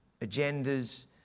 agendas